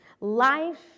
life